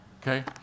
Okay